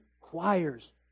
choirs